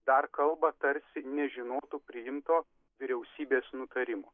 dar kalba tarsi nežinotų priimto vyriausybės nutarimo